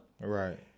Right